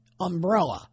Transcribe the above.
umbrella